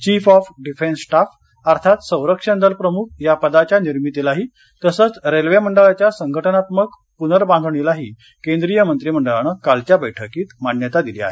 chief of defence staff अर्थात संरक्षण दल प्रमुख या पदाच्या निर्मितीला तसंच रेल्वे मंडळाच्या संघटनात्मक प्नर्बाधणीलाही केंद्रीय मंत्रिमंडळानं कालच्या बैठकीत मान्यता दिली आहे